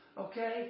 okay